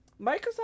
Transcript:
Microsoft